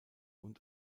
und